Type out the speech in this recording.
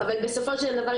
אבל בסופו של דבר,